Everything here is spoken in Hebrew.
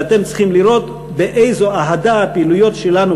ואתם צריכים לראות באיזו אהדה הפעילויות שלנו,